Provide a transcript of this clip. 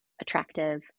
attractive